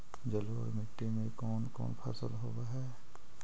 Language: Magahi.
जलोढ़ मट्टी में कोन कोन फसल होब है?